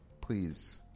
Please